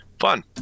fun